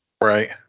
Right